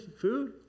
food